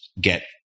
get